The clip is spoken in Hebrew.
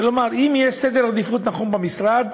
כלומר, אם יש סדר עדיפות נכון במשרד,